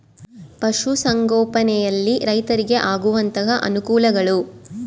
ಪಶುಸಂಗೋಪನೆಯಲ್ಲಿ ರೈತರಿಗೆ ಆಗುವಂತಹ ಅನುಕೂಲಗಳು?